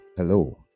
Hello